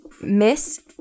Miss